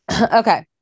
Okay